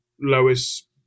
lois